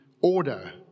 order